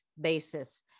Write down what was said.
basis